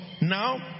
now